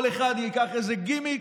כל אחד ייקח איזה גימיק,